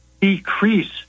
decrease